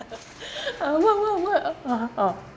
uh what what what !huh! orh